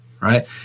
right